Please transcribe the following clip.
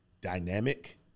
dynamic